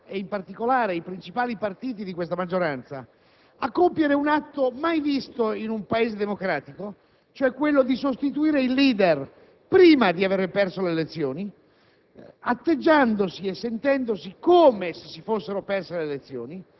ben un anno, ha portato la maggioranza, e in particolare i principali partiti di questa maggioranza, a compiere un atto mai visto in un Paese democratico, cioè la sostituzione del *leader* prima di aver perso le elezioni,